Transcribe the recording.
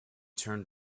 turned